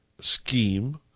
scheme